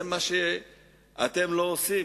זה מה שאתם לא עושים.